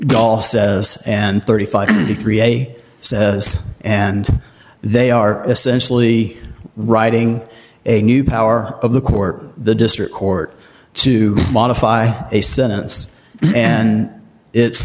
gall says and thirty five dollars and they are essentially writing a new power of the court the district court to modify a sentence and it's